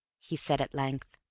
he said at length.